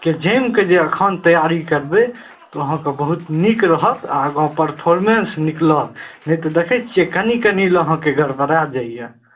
के जमिके जे एखन तैयारी करबय तऽ अहाँके बहुत नीक रहत आगा परफॉर्मेंस निकलत नहि तऽ देखय छियै कनि कनि लए अहाँके गड़बड़ा जाइए